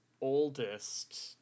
oldest